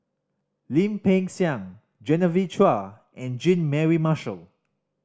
Lim Peng Siang Genevieve Chua and Jean Mary Marshall